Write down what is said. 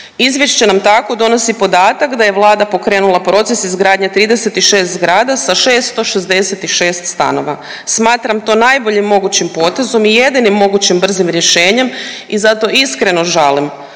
Izvješće nam tako donosi podatak da je Vlada pokrenula proces izgradnje 36 zgrada sa 666 stanova. Smatram to najboljim mogućim potezom i jedinim mogućim brzim rješenjem i zato iskreno žalim